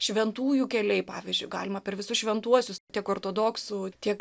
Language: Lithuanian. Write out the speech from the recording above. šventųjų keliai pavyzdžiui galima per visus šventuosius tiek ortodoksų tiek